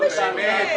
לא משנה.